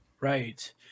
right